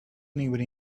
anybody